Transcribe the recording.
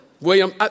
William